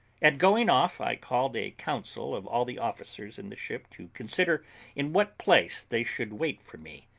at going off i called a council of all the officers in the ship to consider in what place they should wait for me,